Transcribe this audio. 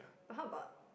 or how about